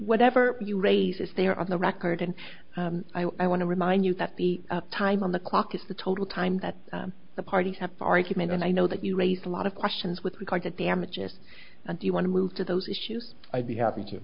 whatever you raise as they are on the record and i want to remind you that the time on the clock is the total time that the parties have argument and i know that you raise a lot of questions with regard to damages and you want to move to those issues i'd be happy to